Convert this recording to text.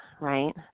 right